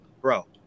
bro